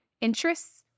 interests